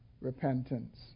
repentance